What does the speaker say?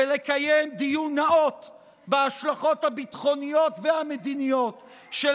ולקיים דיון נאות בהשלכות הביטחוניות והמדיניות של